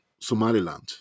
Somaliland